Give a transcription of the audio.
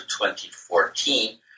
2014